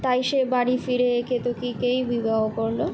তাই সে বাড়ি ফিরে এ কেতকীকেই বিবাহ করলো